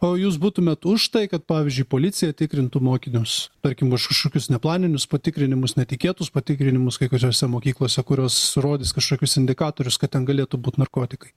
o jūs būtumėt už tai kad pavyzdžiui policija tikrintų mokinius tarkim už kažkokius neplaninius patikrinimus netikėtus patikrinimus kai kuriose mokyklose kurios rodys kažkokius indikatorius kad ten galėtų būti narkotikai